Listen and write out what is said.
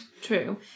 True